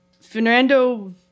Fernando